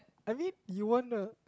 I mean you want to